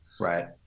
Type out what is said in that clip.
Right